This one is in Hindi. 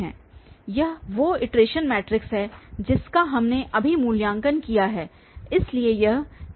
यह वो इटरेशन मैट्रिक्स है जिसका हमने अभी मूल्यांकन किया है इसलिए यह Gj